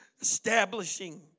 establishing